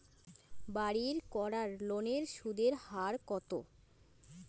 বাড়ির করার লোনের সুদের হার কত?